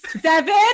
seven